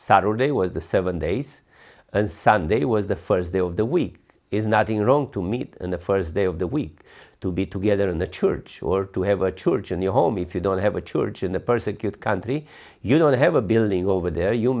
sorry day was the seven days and sunday was the first day of the week is nothing wrong to meet the first day of the week to be together in the church or to have a church in your home if you don't have a church in the persecute country you don't have a building over there you